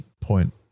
point